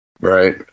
Right